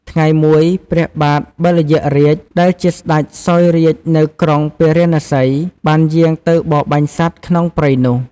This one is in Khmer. ថ្ងៃមួយ ព្រះបាទ បិលយក្សរាជ ដែលជាស្ដេចសោយរាជ្យនៅក្រុងពារាណសី បានយាងទៅបរបាញ់សត្វក្នុងព្រៃនោះ។